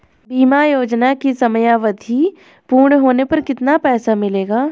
बीमा योजना की समयावधि पूर्ण होने पर कितना पैसा मिलेगा?